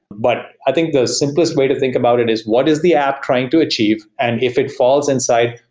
but i think the simplest way to think about it is what is the app trying to achieve, and if it falls inside,